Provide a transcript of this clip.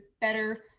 better